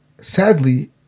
sadly